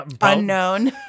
Unknown